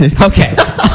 Okay